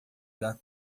irá